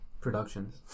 Productions